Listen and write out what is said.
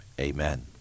amen